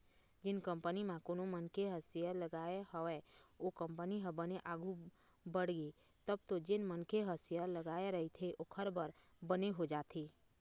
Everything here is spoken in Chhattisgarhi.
जेन कंपनी म कोनो मनखे ह सेयर लगाय हवय ओ कंपनी ह बने आघु बड़गे तब तो जेन मनखे ह शेयर लगाय रहिथे ओखर बर बने हो जाथे